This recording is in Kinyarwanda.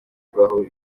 akabona